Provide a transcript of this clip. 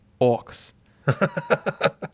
orcs